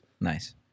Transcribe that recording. Nice